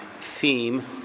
theme